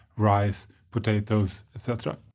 rice, potatoes etc.